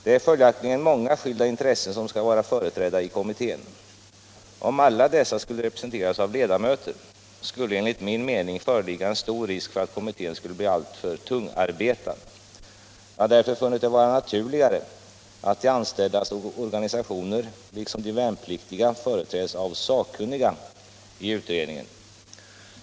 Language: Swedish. Det är följaktligen många skilda intressen som skall vara företrädda i kommittén. Om alla dessa skulle representeras av ledamöter, skulle det enligt min mening föreligga en stor risk för att kommittén skulle bli alltför tungarbetad. Jag har därför funnit det vara naturligare att de anställdas organisationer liksom de värnpliktiga företräds av sakkunniga i utredningen.